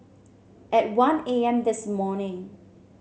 at one A M this morning